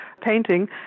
painting